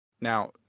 Now